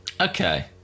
Okay